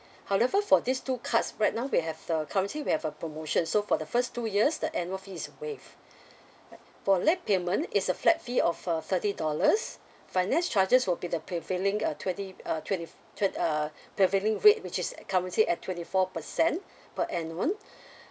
however for these two cards right now we have the currently we have a promotion so for the first two years the annual fees is waived for late payment is a flat fee of uh thirty dollars finance charges will be the prevailing uh twenty uh twenty twen~ uh prevailing rate which is uh currently at twenty four percent per annual